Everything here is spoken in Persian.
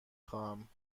خواهم